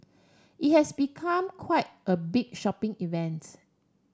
it has become quite a big shopping event